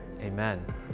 Amen